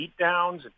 beatdowns